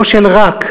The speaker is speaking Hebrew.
לא של "רק".